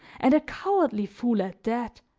and a cowardly fool at that,